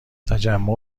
تجمع